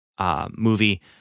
movie